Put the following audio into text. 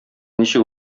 ничек